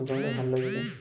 সেইকাৰণে ভাল লাগিলে